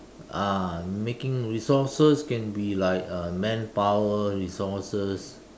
ah making resources can be like uh manpower resources